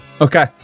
Okay